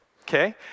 Okay